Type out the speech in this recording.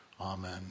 Amen